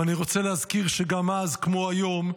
ואני רוצה להזכיר שגם אז, כמו היום,